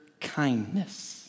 kindness